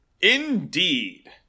Indeed